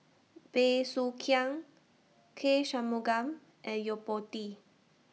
Bey Soo Khiang K Shanmugam and Yo Po Tee